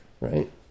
right